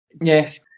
Yes